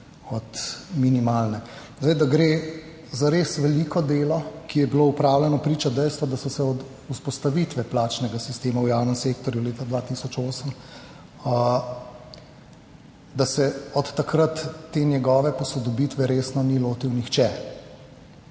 od minimalne. Zdaj, da gre za res veliko delo, ki je bilo opravljeno, priča dejstvo, da so se od vzpostavitve plačnega sistema v javnem sektorju leta 2008, da se od takrat te njegove posodobitve resno ni lotil nihče